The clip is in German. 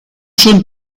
schon